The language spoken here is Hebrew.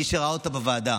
מי שראה אותה בוועדה